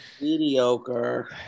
Mediocre